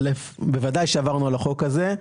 א', בוודאי שעברנו על החוק הזה.